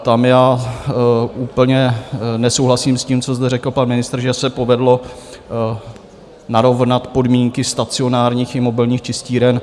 Tam já úplně nesouhlasím s tím, co zde řekl pan ministr, že se povedlo narovnat podmínky stacionárních i mobilních čistíren.